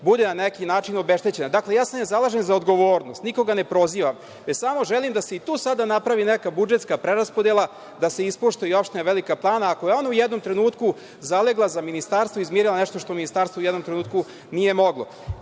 bude na neki način obeštećena. Dakle, ne zalažem se za odgovornost, nikoga ne prozivam, već samo želim da se i tu sada napravi neka budžetska preraspodela, da se ispoštuje i opština Velika Plana, ako je ona u jednom trenutku zalegla za Ministarstvo, izmirila nešto što Ministarstvo u jednom trenutku nije moglo.